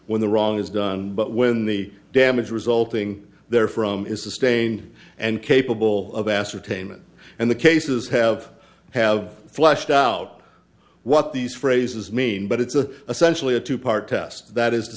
when the wrong is done but when the damage resulting therefrom is sustained and capable of ascertainment and the cases have have fleshed out what these phrases mean but it's a essentially a two part test that is to